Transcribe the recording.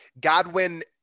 Godwin